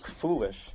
foolish